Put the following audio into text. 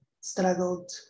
struggled